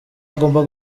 agomba